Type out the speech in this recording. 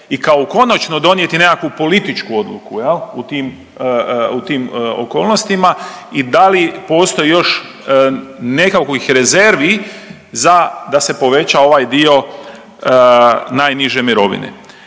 i kao konačno donijeti nekakvu političku odluku, je li, u tim okolnosti i da li postoji još nekakvih rezervi za da se poveća ovaj dio najniže mirovine.